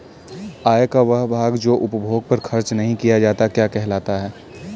आय का वह भाग जो उपभोग पर खर्च नही किया जाता क्या कहलाता है?